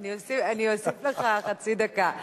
אני אוסיף לך חצי דקה.